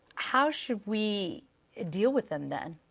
how should we deal with them then?